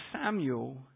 Samuel